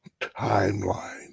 timeline